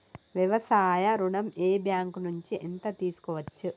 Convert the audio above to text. వ్యవసాయ ఋణం ఏ బ్యాంక్ నుంచి ఎంత తీసుకోవచ్చు?